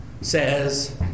says